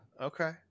Okay